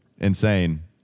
insane